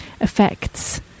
effects